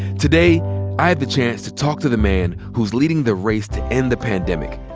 today i had the chance to talk to the man who's leading the race to end the pandemic,